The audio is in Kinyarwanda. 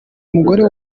umugore